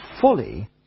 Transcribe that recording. fully